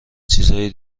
چیزای